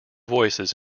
voices